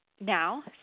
now